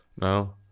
no